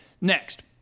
Next